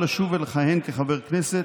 חברי הכנסת,